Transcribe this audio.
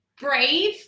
brave